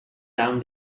down